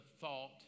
thought